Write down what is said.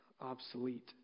obsolete